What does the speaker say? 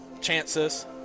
Chances